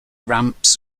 ramps